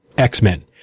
X-Men